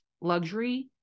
luxury